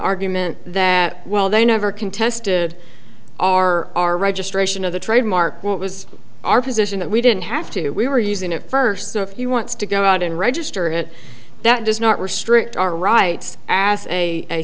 argument that well they never contested our our registration of the trademark what was our position that we didn't have to we were using it first so if you want to go out and register it that does not restrict our rights as a